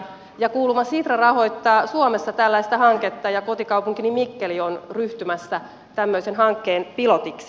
kuulemma sitra rahoittaa suomessa tällaista hanketta ja kotikaupunkini mikkeli on ryhtymässä tämmöisen hankkeen pilotiksi